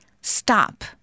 stop